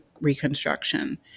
Reconstruction